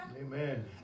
Amen